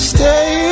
Stay